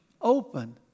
open